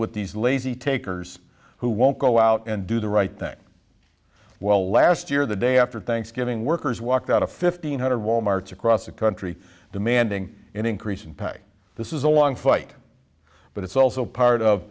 with these lazy takers who won't go out and do the right thing while last year the day after thanksgiving workers walked out of fifteen hundred wal mart's across the country demanding an increase in pay this is a long fight but it's also part of